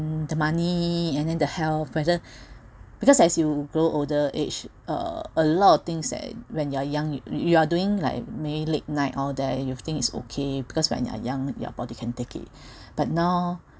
then the money and then the health whether because as you grow older age uh a lot of things that when you're young you're doing like maybe late night all that and you think is okay because when you're young your body can take it but now